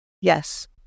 Yes